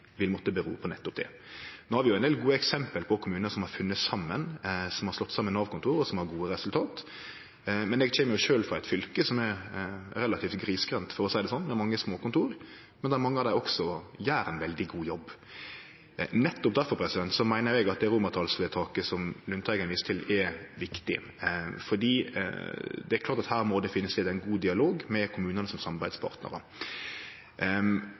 på nettopp det. No har vi ein del eksempel på kommunar som har funne saman, som har slått saman Nav-kontor, og som har gode resultat. Eg kjem sjølv frå eit fylke som er relativt grisgrendt, for å seie det sånn, med mange småkontor, og der mange av dei også gjer ein veldig god jobb. Nettopp difor meiner eg at det romartalsvedtaket som Lundteigen viser til, er viktig, fordi det er klart at her må det vere ein god dialog med kommunane som samarbeidspartnarar.